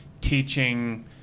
teaching